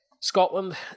Scotland